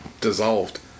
dissolved